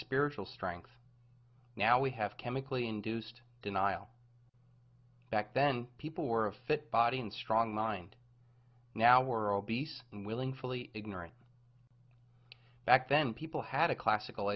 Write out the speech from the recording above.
spiritual strength now we have chemically induced denial back then people were a fit body and strong mind now we're obese and willing fully ignorant back then people had a classical